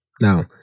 Now